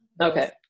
Okay